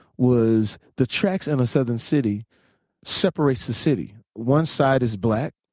was the tracks in a southern city separates the city. one side is black,